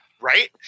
Right